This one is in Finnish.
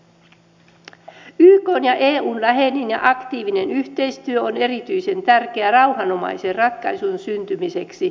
ykn ja eun läheinen ja aktiivinen yhteistyö on erityisen tärkeää rauhanomaisen ratkaisun syntymiseksi